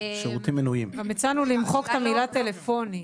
גם הצענו למחוק את המילה "טלפוני",